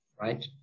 right